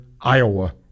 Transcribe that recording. Iowa